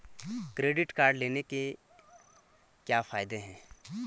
Credit card लेने के क्या फायदे हैं?